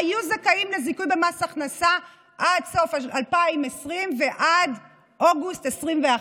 היו זכאים לזיכוי במס הכנסה עד סוף 2020 ועד אוגוסט 2021,